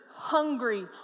Hungry